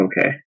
okay